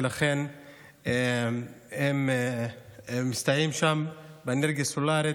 ולכן הם מסתייעים שם באנרגיה סולרית.